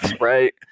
right